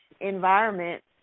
environment